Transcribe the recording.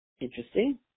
Interesting